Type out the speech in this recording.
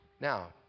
Now